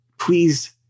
please